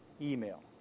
email